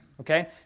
okay